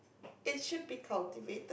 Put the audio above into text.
it should be cultivated